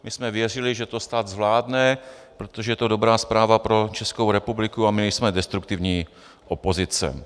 My jsme věřili, že to stát zvládne, protože je to dobrá zpráva pro Českou republiku a my nejsme destruktivní opozice.